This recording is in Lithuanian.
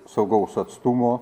saugaus atstumo